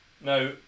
Now